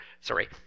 sorry